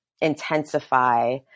intensify